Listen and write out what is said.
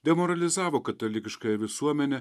demoralizavo katalikiškąją visuomenę